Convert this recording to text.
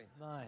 Nice